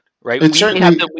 right